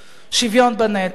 שוויון בנטל.